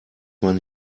man